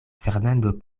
fernando